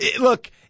look